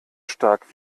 stark